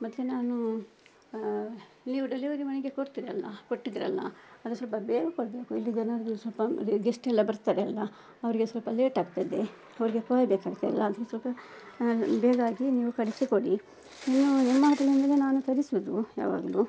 ಮತ್ತೆ ನಾನು ನೀವು ಡೆಲಿವರಿ ಮನೆಗೆ ಕೊಡ್ತೀರಲ್ಲ ಕೊಟ್ಟಿದ್ದಿರಲ್ಲ ಅದು ಸ್ವಲ್ಪ ಬೇಗ ಕೊಡಬೇಕು ಇಲ್ಲಿ ಜನರಿಗೆ ಸ್ವಲ್ಪ ಗೆಸ್ಟೆಲ್ಲ ಬರ್ತಾರಲ್ಲ ಅವರಿಗೆ ಸ್ವಲ್ಪ ಲೇಟ್ ಆಗ್ತದೆ ಅವರಿಗೆ ಕಾಯ ಬೇಕಾಗ್ತದೆ ಅಲ್ಲ ಅದಕ್ಕೆ ಸ್ವಲ್ಪ ಬೇಗ ಆಗಿ ನೀವು ಕಳಿಸಿಕೊಡಿ ನಿಮ್ಮ ನಿಮ್ಮ ಹೊಟೇಲಿಂದಲೇ ನಾನು ತರಿಸುವುದು ಯಾವಾಗಲೂ